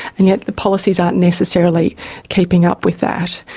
and yet the policies aren't necessarily keeping up with that.